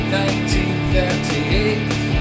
1938